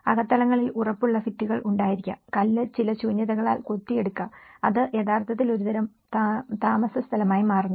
അകത്തളങ്ങളിൽ ഉറപ്പുള്ള ഭിത്തികൾ ഉണ്ടായിരിക്കാം കല്ല് ചില ശൂന്യതകളാൽ കൊത്തിയെടുക്കാം അത് യഥാർത്ഥത്തിൽ ഒരുതരം താമസസ്ഥലമായി മാറുന്നു